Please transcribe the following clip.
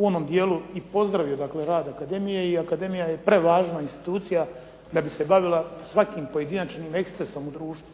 u onom dijelu i pozdravio dakle rad akademije i akademija je prevažna institucija da bi se bavila svakim pojedinačnim ekscesom u društvu.